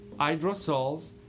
Hydrosols